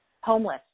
homeless